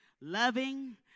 Loving